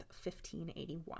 1581